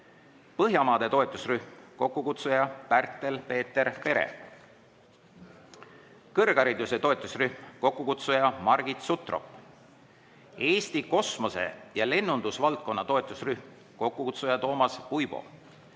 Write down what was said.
Põhjamaade toetusrühm, kokkukutsuja Pärtel-Peeter Pere; kõrghariduse toetusrühm, kokkukutsuja Margit Sutrop; Eesti kosmose‑ ja lennundusvaldkonna toetusrühm, kokkukutsuja Toomas Uibo;